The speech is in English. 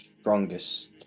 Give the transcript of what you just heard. strongest